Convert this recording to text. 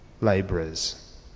labourers